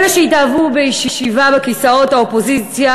אלה שהתאהבו בישיבה בכיסאות האופוזיציה,